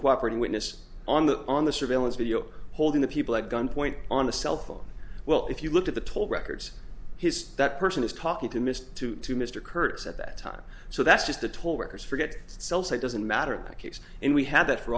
cooperated witness on the on the surveillance video holding the people at gunpoint on a cell phone well if you look at the toll records his that person is talking to mr to to mr kurtz at that time so that's just a toll workers forget cells it doesn't matter in my case and we had that for